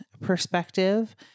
perspective